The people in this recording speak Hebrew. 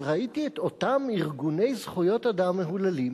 אבל ראיתי את אותם ארגוני זכויות אדם מהוללים